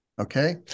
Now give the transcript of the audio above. okay